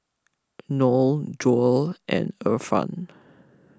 Noah Zul and Irfan